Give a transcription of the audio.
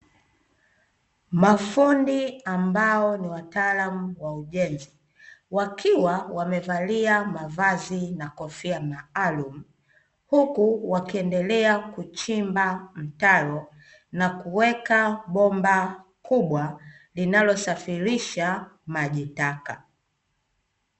Mafundi ambao ni wataalamu wa ujenzi, wakiwa wamevalia mavazi na kofia maalumu huku wakiendelea kuchimba mtaro, na kuweka bomba kubwa linalosafirisha majitaka.